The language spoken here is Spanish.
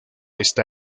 está